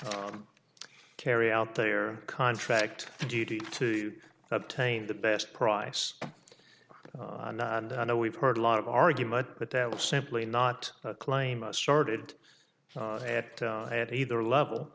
to carry out their contract duty to obtain the best price and i know we've heard a lot of argument but that was simply not a claim started at at either level